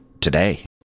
today